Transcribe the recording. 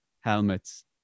helmets